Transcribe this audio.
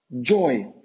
joy